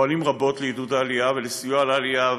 פועלים רבות לעידוד העלייה ולסיוע לעלייה.